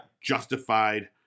Justified